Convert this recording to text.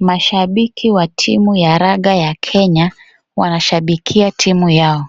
Mashabiki wa timu ya raga ya Kenya wanashabikia timu yao,